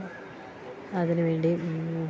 അതിനുവേണ്ടി